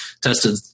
tested